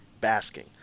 basking